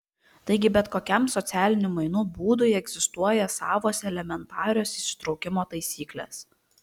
taigi bet kokiam socialinių mainų būdui egzistuoja savos elementarios įsitraukimo taisyklės